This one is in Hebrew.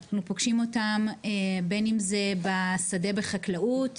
אנחנו פוגשים אותם בין אם זה בשדה בחקלאות,